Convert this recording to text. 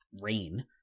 rain